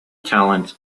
talents